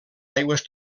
aigües